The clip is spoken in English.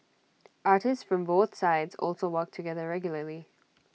artists from both sides also work together regularly